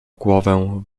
głowę